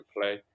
play